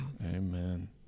Amen